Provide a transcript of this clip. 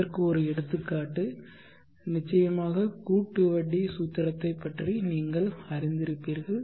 இதற்கு ஒரு எடுத்துக்காட்டு நிச்சயமாக கூட்டு வட்டி சூத்திரத்தைப் பற்றி நீங்கள் அறிந்திருக்கலாம்